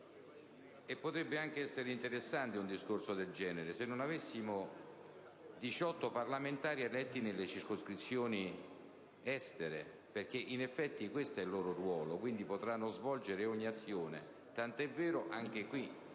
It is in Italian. e potrebbe anche essere interessante un discorso del genere se non avessimo 18 parlamentari eletti nella circoscrizione Estero, che in effetti hanno questo ruolo e quindi, possono svolgere ogni azione, tant'è vero che anche qui